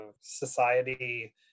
society